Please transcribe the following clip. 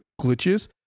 glitches